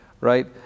right